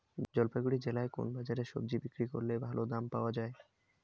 জলপাইগুড়ি জেলায় কোন বাজারে সবজি বিক্রি করলে ভালো দাম পাওয়া যায়?